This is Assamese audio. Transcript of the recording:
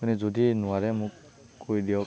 আপুনি যদি নোৱাৰে মোক কৈ দিয়ক